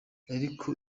ariko